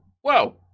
whoa